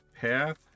path